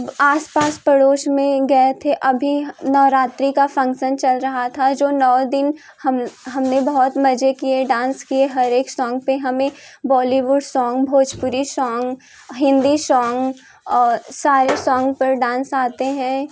आसपास पड़ोस में गए थे अभी नवरात्रि का फंक्शन चल रहा था जो नौ दिन हम हमने बहुत मज़े किए डांस किए हर एक सोंग पर हमें Bollywood song Bhojpuri song Hindi song और सारे सोंग पर डांस आते हैं